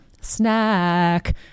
snack